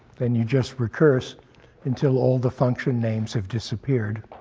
then you just recurse until all the function names have disappeared.